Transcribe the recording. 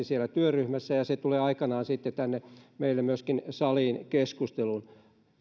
siellä työryhmässä ja ne tulevat aikanaan sitten meille myöskin saliin keskusteluun